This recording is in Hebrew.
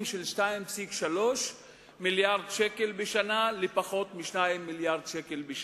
של 2.3 מיליארדי ש"ח בשנה לפחות מ-2 מיליארדי ש"ח בשנה.